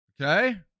Okay